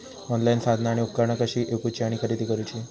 Online साधना आणि उपकरणा कशी ईकूची आणि खरेदी करुची?